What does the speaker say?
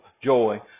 joy